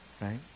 Right